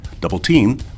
Double-team